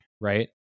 right